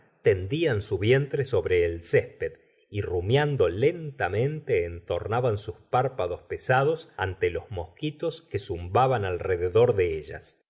tendían su vientre sobre el césped y rumiando lentamente entornaban sus párpados pesados ante los mosquitos que zumbaban alrededor de ellas